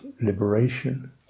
liberation